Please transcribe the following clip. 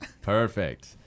perfect